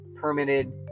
permitted